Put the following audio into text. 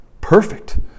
Perfect